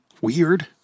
weird